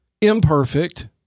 Imperfect